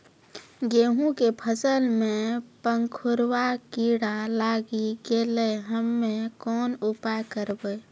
गेहूँ के फसल मे पंखोरवा कीड़ा लागी गैलै हम्मे कोन उपाय करबै?